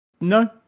No